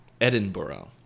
Edinburgh